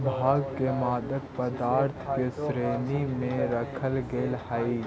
भाँग के मादक पदार्थ के श्रेणी में रखल गेले हइ